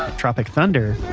tropic thunder.